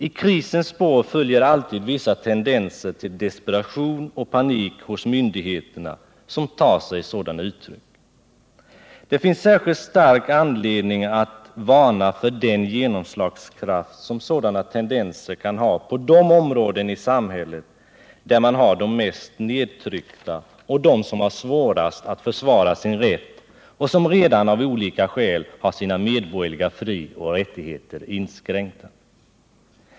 I krisens spår följer vid kriminalvårdsalltid vissa tendenser hos myndigheterna till desperation och panik som tar ånstälter sig sådana uttryck. Det finns särskilt stor anledning att varna för den genomslagskraft som sådana tendenser kan ha på de områden i samhället där man finner de mest nedtryckta och dem som har svårast att försvara sin rätt och som redan av olika skäl har sina medborgerliga frioch rättigheter inskränkta.